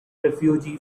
refuge